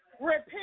repent